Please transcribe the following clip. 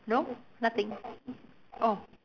no nothing oh